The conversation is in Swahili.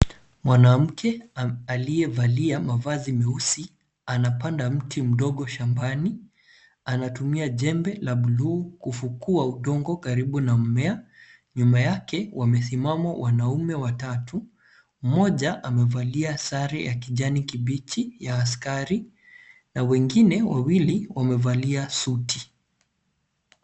Mwanamke aliyevalia mavazi meusi anapanda mti mdogo shambani. Anatumia jembe la buluu kufukua udongo karibu na mmea. Nyuma yake wamesimama wanaume watatu, mmoja amevalia sare ya kijani kibichi ya askari na wangine wawili wamevalia suti.